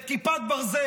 את כיפת ברזל,